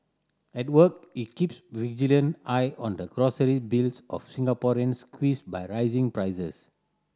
at work he keeps vigilant eye on the grocery bills of Singaporeans squeezed by rising prices